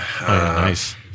Nice